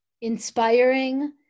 inspiring